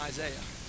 Isaiah